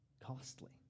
costly